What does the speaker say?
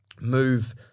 move